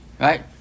right